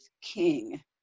king